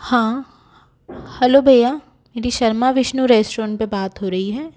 हाँ हलो भैया मेरी शर्मा विष्णु रैस्टौरेंट पर बात हो रही है